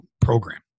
program